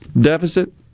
Deficit